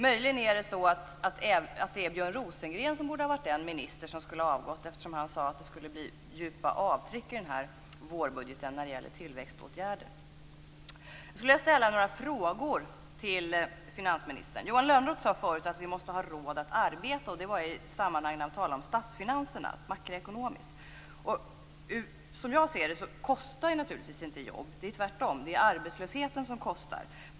Möjligen borde Björn Rosengren vara den minister som skulle avgått, eftersom han sade att det skulle bli djupa avtryck av tillväxtåtgärder i vårbudgeten. Jag skulle vilja ställa några frågor till finansministern. Johan Lönnroth sade förut att vi måste ha råd att arbeta när han talade om statsfinanserna i ett makroekonomiskt sammanhang. Som jag ser det kostar jobb naturligtvis inte. Tvärtom är det arbetslösheten som kostar.